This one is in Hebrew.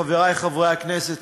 חברי חברי הכנסת,